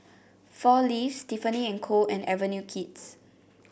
Four Leaves Tiffany And Co and Avenue Kids